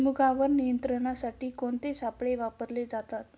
भुईमुगावर नियंत्रणासाठी कोणते सापळे वापरले जातात?